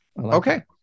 Okay